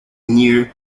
near